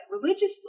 religiously